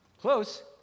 Close